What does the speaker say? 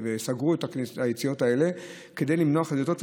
סגרו את היציאות האלה כדי למנוע תאונות חזיתיות.